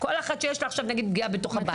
כל אחת שיש לה עכשיו נגיד פגיעה בתוך הבית.